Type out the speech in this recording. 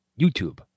YouTube